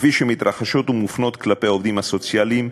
כפי שמתרחשות ומופנות כלפי העובדים הסוציאליים,